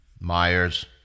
Myers